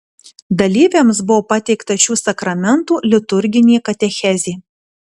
dalyviams buvo pateikta šių sakramentų liturginė katechezė